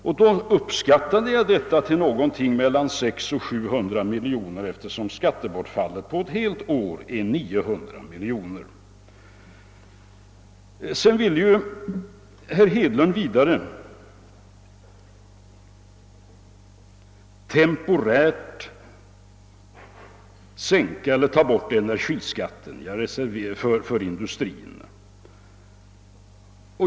Jag uppskattade detta till någonting mellan 600 och 700 miljoner kronor, eftersom skattebortfallet på ett helt år är 900 miljoner kronor. Vidare ville herr Hedlund temporärt sänka eller ta bort energiskatten för industrin.